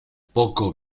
poco